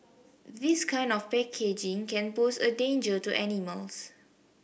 this kind of packaging can pose a danger to animals